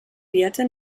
werte